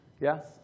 Yes